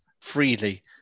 freely